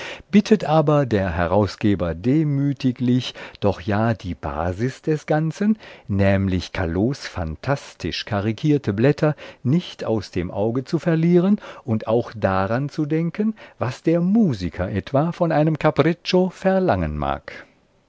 bittet aber der herausgeber demütiglich doch ja die basis des ganzen nämlich callots phantastisch karikierte blätter nicht aus dem auge zu verlieren und auch daran zu denken was der musiker etwa von einem capriccio verlangen mag